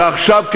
ועכשיו,